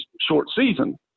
short-season